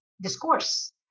discourse